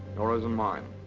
nora's and mine.